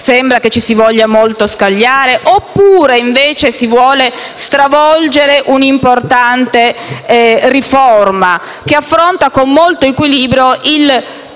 sembra che ci si voglia molto scagliare? Oppure, invece, si vuole stravolgere un'importante riforma che affronta con molto equilibrio il